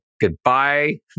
goodbye